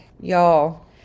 y'all